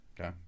Okay